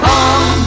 on